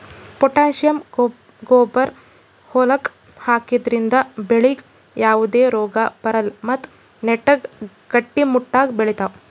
potassium ಗೊಬ್ಬರ್ ಹೊಲಕ್ಕ್ ಹಾಕದ್ರಿಂದ ಬೆಳಿಗ್ ಯಾವದೇ ರೋಗಾ ಬರಲ್ಲ್ ಮತ್ತ್ ನೆಟ್ಟಗ್ ಗಟ್ಟಿಮುಟ್ಟಾಗ್ ಬೆಳಿತಾವ್